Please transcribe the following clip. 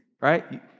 right